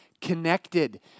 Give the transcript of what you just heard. connected